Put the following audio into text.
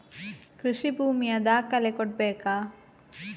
ಕೃಷಿ ಭೂಮಿಯ ದಾಖಲೆ ಕೊಡ್ಬೇಕಾ?